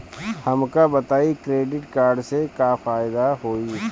हमका बताई credit card से का फायदा होई?